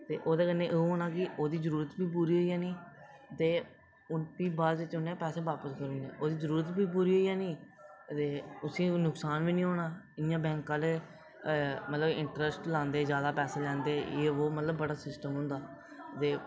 ते ओह्दे कन्नै ओह् होना की ओह्दी जरूरत बी पूरी होई जानी ते प्ही उन्ने बाद च पैसे बापस देने ओह्दी जरूरत बी पूरी होई जानी ते उसी नुक्सान बी निं होना इंया बैंक आह्ले मतलब इंटरस्ट लांदे जादै पैसे लांदे यह वो मतलब बड़ा सिस्टम होंदा ते